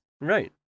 Right